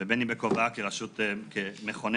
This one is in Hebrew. ובין אם בכובעה כרשות מכוננת.